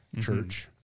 Church